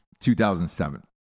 2007